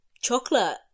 chocolate